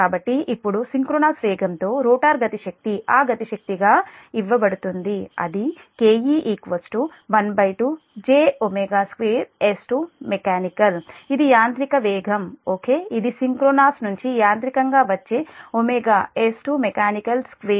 కాబట్టి ఇప్పుడు సింక్రోనస్ వేగంతో రోటర్ గతి శక్తి ఆ గతి శక్తిగా ఇవ్వబడుతుంది K E 12 J s mech2 ఇది యాంత్రిక వేగం ఓకే ఇది సింక్రోనస్ నుంచి యాంత్రికంగా వచ్చే s mech square 10 6 M Jal